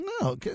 No